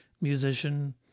musician